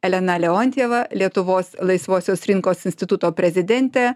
elena leontjeva lietuvos laisvosios rinkos instituto prezidentė